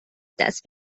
دست